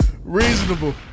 reasonable